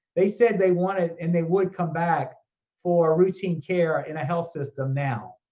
they said they wanted and they would come back for routine care in a health system now.